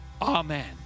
Amen